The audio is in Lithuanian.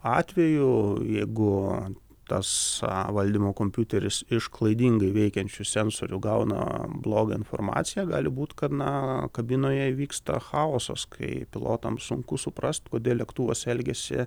atveju jeigu tas valdymo kompiuteris iš klaidingai veikiančių sensorių gauna blogą informaciją gali būt kad na kabinoje įvyksta chaosas kai pilotams sunku suprast kodėl lėktuvas elgiasi